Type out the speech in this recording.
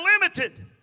limited